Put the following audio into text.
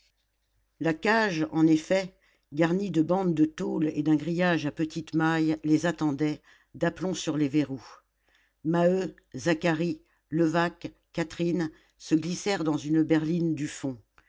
la cage en effet garnie de bandes de tôle et d'un grillage à petites mailles les attendait d'aplomb sur les verrous maheu zacharie levaque catherine se glissèrent dans une berline du fond